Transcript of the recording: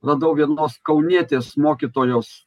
radau vienos kaunietės mokytojos